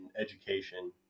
education